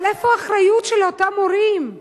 אבל איפה האחריות של אותם הורים?